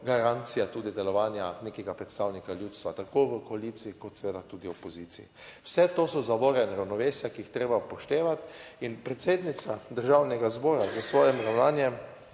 garancija tudi delovanja nekega predstavnika ljudstva tako v koaliciji kot seveda tudi v opoziciji. Vse to so zavore in ravnovesja, ki jih je treba upoštevati in predsednica Državnega zbora s svojim ravnanjem,